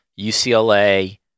ucla